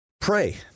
Pray